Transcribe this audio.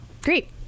great